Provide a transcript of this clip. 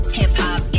hip-hop